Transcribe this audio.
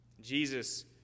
Jesus